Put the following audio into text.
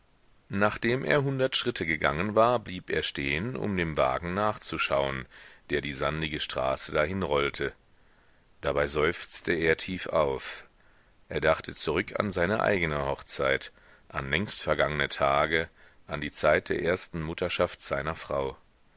nachdem er hundert schritte gegangen war blieb er stehen um dem wagen nachzuschauen der die sandige straße dahinrollte dabei seufzte er tief auf er dachte zurück an seine eigne hochzeit an längstvergangne tage an die zeit der ersten mutterschaft seiner frau